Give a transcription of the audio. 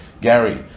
Gary